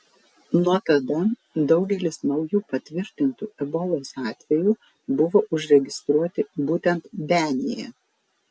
nuo tada daugelis naujų patvirtintų ebolos atvejų buvo užregistruoti būtent benyje